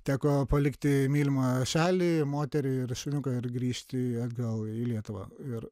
teko palikti mylimą šalį moterį ir šuniuką ir grįžti atgal į lietuvą ir